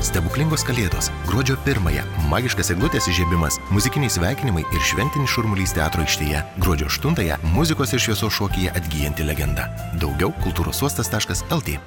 stebuklingos kalėdos gruodžio pirmąją magiškas eglutės įžiebimas muzikiniai sveikinimai ir šventinis šurmulys teatro aikštėje gruodžio aštuntąją muzikos ir šviesos šokį atgyjanti legenda daugiau kultūros uostas taškas el tė